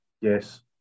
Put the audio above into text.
yes